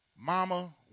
mama